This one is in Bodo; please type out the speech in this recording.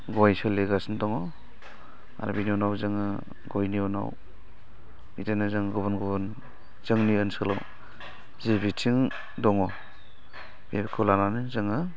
गय सोलिगासिनो दङ आरो बिनि उनाव जोङो गयनि उनाव बिदिनो जों गुबुन गुबुन जोंनि ओनसोलाव जि बिथिं दङ बेखौ लानानै जोङो